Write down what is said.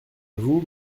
vous